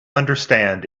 understand